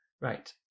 right